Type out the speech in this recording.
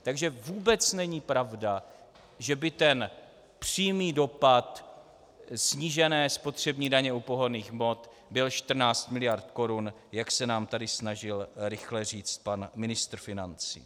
Takže vůbec není pravda, že by ten přímý dopad snížené spotřební daně u pohonných hmot byl 14 mld. korun, jak se nám tady snažil rychle říct pan ministr financí.